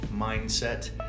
mindset